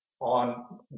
on